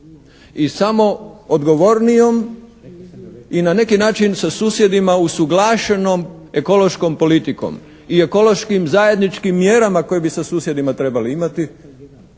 i samo odgovornijom i na neki način sa susjedima usuglašenom ekološkom politikom i ekološkim zajedničkim mjerama koje bi sa susjedima trebali imati